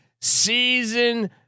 season